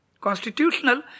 constitutional